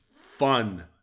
fun